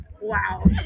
Wow